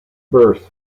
birth